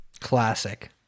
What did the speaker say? Classic